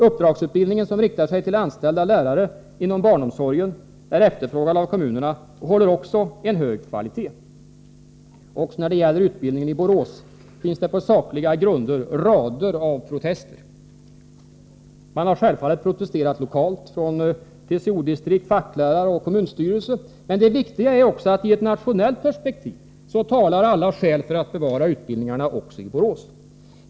Uppdragsutbildningen, som riktar sig till anställda lärare inom barnomsorgen, är efterfrågad av kommunerna och håller också en hög kvalitet. Också när det gäller utbildningen i Borås finns det på sakliga grunder rader av protester. Man har självfallet protesterat lokalt, t.ex. TCO-distrikt, facklärarna och kommunstyrelsen. Men det viktiga är att också i ett nationellt perspektiv talar alla skäl för att bevara utbildningarna också i Borås.